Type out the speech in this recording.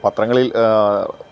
പത്രങ്ങളിൽ